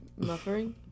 Muffering